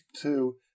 two